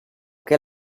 che